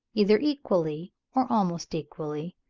either equally or almost equally,